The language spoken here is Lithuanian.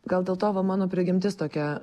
gal dėl to va mano prigimtis tokia